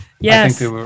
Yes